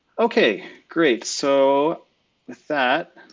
okay, great, so with that,